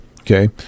okay